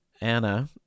Anna